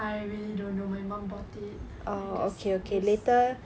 I really don't know my mum bought it I just use